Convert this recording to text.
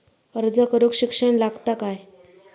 अर्ज करूक शिक्षण लागता काय?